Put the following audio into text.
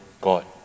God